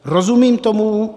Rozumím tomu.